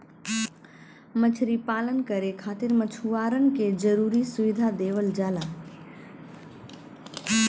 मछरी पालन करे खातिर मछुआरन के जरुरी सुविधा देवल जाला